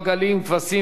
כבשים ועזים,